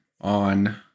on